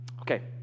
Okay